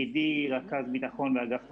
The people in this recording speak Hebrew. תפקידי רכז ביטחון באגף תקציבים,